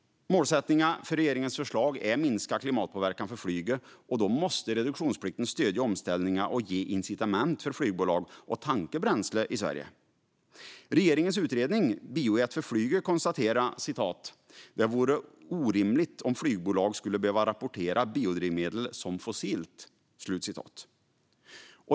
Målsättningen för regeringens förslag är minskad klimatpåverkan från flyget, och då måste reduktionsplikten stödja omställningen och ge incitament för flygbolag att tanka bränsle i Sverige. Regeringens utredning Bio jet för flyget konstaterade: "Det vore orimligt om flygbolag skulle behöva rapportera biodrivmedel som fossilt."